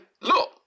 look